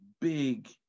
big